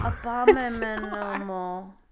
Abominable